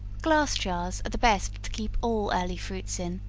glass jars are the best to keep all early fruits in,